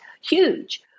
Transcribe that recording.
huge